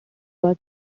was